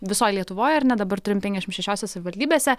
visoj lietuvoj ar ne dabar turim penkiasdešimt šešiose savivaldybėse